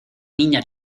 niña